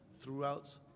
throughout